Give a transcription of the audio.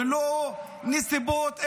ללא נסיבות,